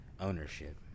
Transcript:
ownership